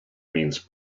means